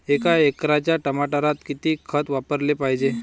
एका एकराच्या टमाटरात किती खत वापराले पायजे?